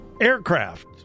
aircraft